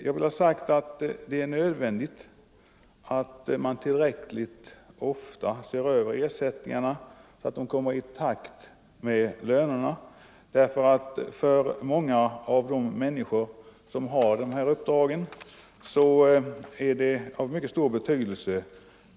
Jag vill betona att det är nödvändigt att man tillräckligt ofta ser över ersättningarna så att de höjs i takt med lönerna — för många av de människor som har nämndemannauppdrag är ersättningens storlek av stor betydelse.